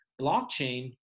blockchain